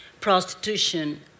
prostitution